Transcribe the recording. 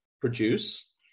produce